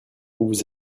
vous